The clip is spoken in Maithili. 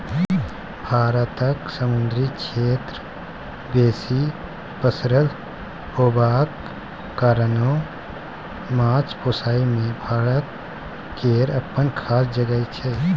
भारतक समुन्दरी क्षेत्र बेसी पसरल होबाक कारणेँ माछ पोसइ मे भारत केर अप्पन खास जगह छै